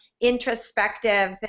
introspective